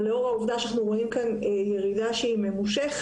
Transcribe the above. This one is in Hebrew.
אבל לאור העובדה שאנחנו רואים כאן ירידה שהיא ממושכת,